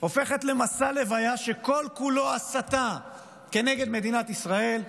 הופכת למסע לוויה שכל-כולו הסתה נגד מדינת ישראל,